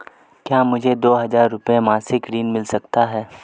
क्या मुझे दो हज़ार रुपये मासिक ऋण मिल सकता है?